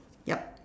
yup